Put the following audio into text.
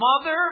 Mother